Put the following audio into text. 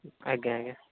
ଆଜ୍ଞା ଆଜ୍ଞା